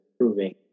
improving